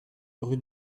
rue